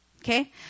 Okay